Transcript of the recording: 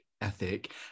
ethic